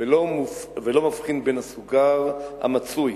ולא מבחין בין הסוכר המצוי,